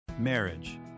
Marriage